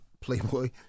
Playboy